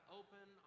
open